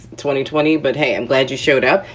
twenty, twenty. but, hey, i'm glad you showed up.